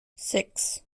six